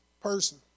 person